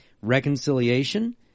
Reconciliation